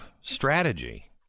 strategy